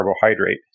carbohydrate